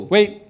Wait